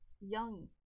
young